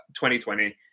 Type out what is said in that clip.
2020